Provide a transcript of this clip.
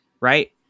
right